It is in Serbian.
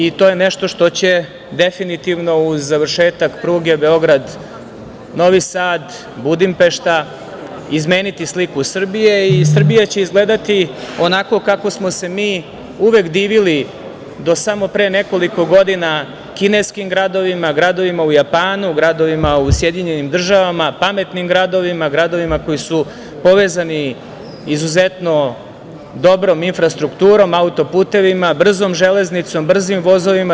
I to je nešto što će definitivno uz završetak pruge Beograd-Novi Sad-Budimpešta izmeniti sliku Srbije i Srbija će izgledati onako kako smo se mi uvek divili do samo pre nekoliko godina kineski gradovima, gradovima u Japanu, gradovima u SAD, pametnim gradovima, gradovima koji su povezani izuzetno dobrom infrastrukturom, autoputevima, brzom železnicom, brzim vozovima.